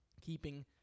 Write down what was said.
keeping